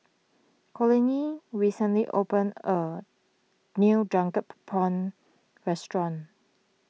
Conley recently opened a new Drunk Prawns restaurant